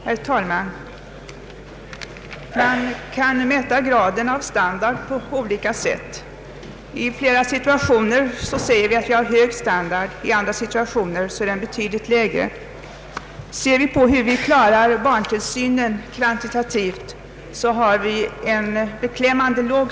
Herr talman! Man kan mäta graden av standard på olika sätt. I flera avseenden har vi hög standard, men i andra situationer är den betydligt lägre. Vi har låg standard när det gäller vårt sätt att klara barntillsynen kvantitativt.